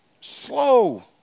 Slow